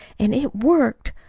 an' it worked.